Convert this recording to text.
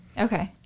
Okay